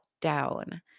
down